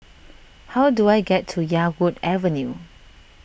how do I get to Yarwood Avenue